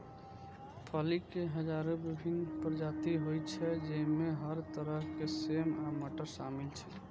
फली के हजारो विभिन्न प्रजाति होइ छै, जइमे हर तरह के सेम आ मटर शामिल छै